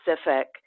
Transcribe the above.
specific